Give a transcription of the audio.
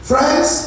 Friends